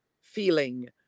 feeling